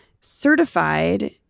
certified